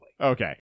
Okay